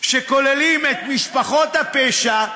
שכוללים את משפחות הפשע,